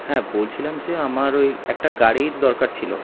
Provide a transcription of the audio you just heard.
হ্যাঁ বলছিলাম যে আমার ওই একটা গাড়ির দরকার ছিল